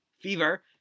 Fever